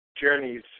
journeys